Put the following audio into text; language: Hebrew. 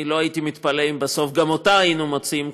לא הייתי מתפלא אם בסוף גם אותה היינו מוצאים,